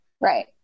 Right